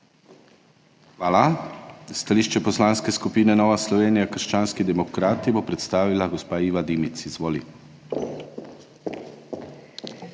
Hvala. Stališče Poslanske skupine Nova Slovenija – krščanski demokrati bo predstavila gospa Iva Dimic. Izvoli.